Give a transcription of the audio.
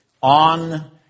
on